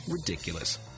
ridiculous